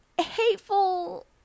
hateful